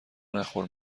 نخور